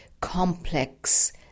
complex